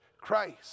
Christ